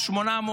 800,